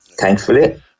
thankfully